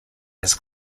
his